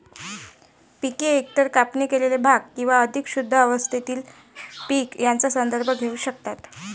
पिके एकतर कापणी केलेले भाग किंवा अधिक शुद्ध अवस्थेतील पीक यांचा संदर्भ घेऊ शकतात